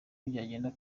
byagenda